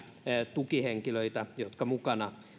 tukihenkilöitä jotka mukana